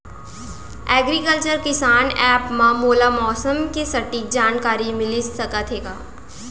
Agriculture Kisan app मा मोला मौसम के सटीक जानकारी मिलिस सकत हे का?